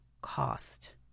cost